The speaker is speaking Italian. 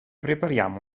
prepariamo